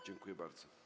Dziękuję bardzo.